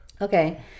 okay